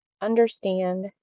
understand